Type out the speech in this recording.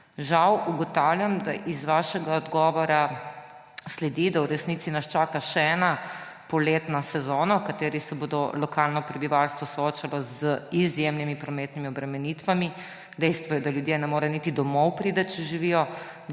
Žal ugotavljam, da iz vašega odgovora sledi, da v resnici nas čaka še ena poletna sezona, v kateri se bo lokalno prebivalstvo soočalo z izjemnimi prometnimi obremenitvami. Dejstvo je, da ljudje ne morejo niti priti domov, če živijo